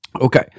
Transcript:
Okay